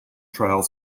trials